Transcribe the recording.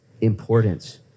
importance